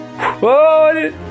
Whoa